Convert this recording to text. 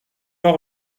pas